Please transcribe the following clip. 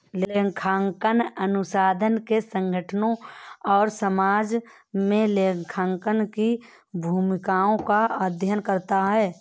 लेखांकन अनुसंधान ने संगठनों और समाज में लेखांकन की भूमिकाओं का अध्ययन करता है